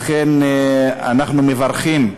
לכן אנחנו מברכים,